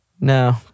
No